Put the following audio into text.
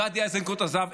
גדי איזנקוט עזב,